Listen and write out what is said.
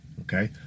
Okay